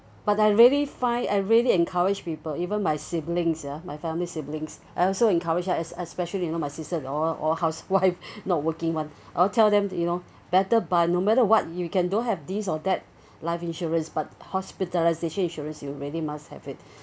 but I really find I really encourage people even my siblings ah my family siblings I also encouraged them es~especially you know my sister-in-law all housewife not working one I'll tell them to you know better buy no matter what you can don't have these or that life insurance but hospitalisation insurance you really must have it